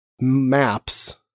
maps